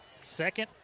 Second